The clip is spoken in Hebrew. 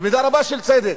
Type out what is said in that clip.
במידה רבה של צדק,